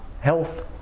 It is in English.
health